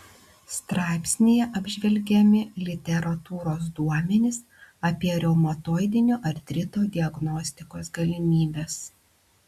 straipsnyje apžvelgiami literatūros duomenys apie reumatoidinio artrito diagnostikos galimybes